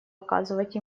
оказывать